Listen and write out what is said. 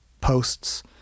posts